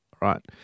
Right